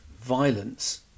violence